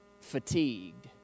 fatigued